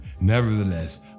nevertheless